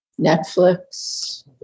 Netflix